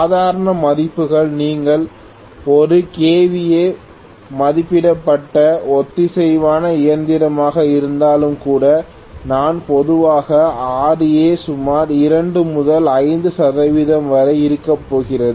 சாதாரண மதிப்புகள் நீங்கள் ஒரு kVA மதிப்பிடப்பட்ட ஒத்திசைவான இயந்திரமாக இருந்தாலும் கூட நான் பொதுவாக Ra சுமார் 2 முதல் 5 சதவிகிதம் வரை இருக்கப் போகிறது